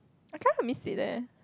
I kind of miss it leh